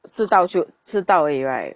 知道就知道而已 right